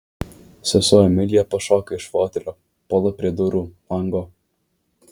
sesuo emilija pašoka iš fotelio puola prie durų lango